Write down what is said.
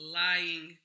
lying